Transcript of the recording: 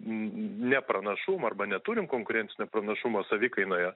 ne pranašumą arba neturim konkurencinio pranašumo savikainoje